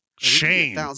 shame